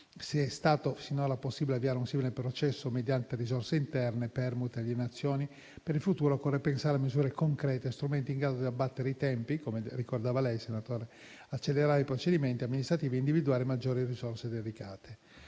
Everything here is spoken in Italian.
Se è stato sinora possibile avviare un simile processo mediante risorse interne, permute ed alienazioni, per il futuro occorre pensare a misure concrete, strumenti in grado di abbattere i tempi - come ricordava lei, senatore - accelerare i procedimenti amministrativi e individuare maggiori risorse dedicate.